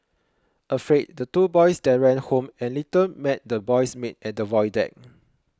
afraid the two boys then ran home and later met the boy's maid at the void deck